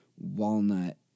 walnut